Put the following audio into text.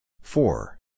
Four